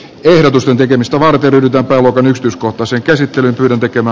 ehdotusten tekemistä varten ryhdytä päivystys koko sen käsittely tekevä